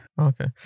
Okay